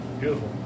Beautiful